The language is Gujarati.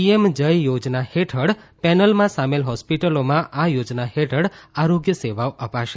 પીએમ જય યોજના હેઠળ પેનલમાં સામેલ હોસ્પિટલોમાં આ યોજના હેઠળ આરોગ્ય સેવાઓ અપાશે